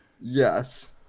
Yes